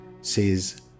says